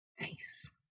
Nice